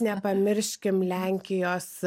nepamirškim lenkijos